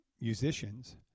musicians